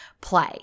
play